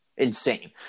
insane